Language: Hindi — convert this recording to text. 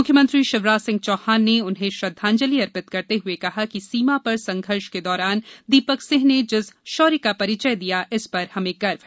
मुख्यमंत्री शिवराज सिंह चौहान ने उन्हें श्रद्वांजलि अर्पित करते हुए कहा कि सीमा पर संघर्ष के दौरान दीपक सिंह ने जिस शौर्य का परिचय दिया इस पर हमें गर्व है